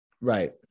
Right